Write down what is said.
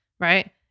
Right